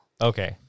okay